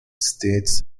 states